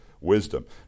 wisdom